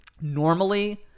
Normally